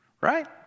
right